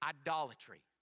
idolatry